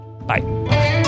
Bye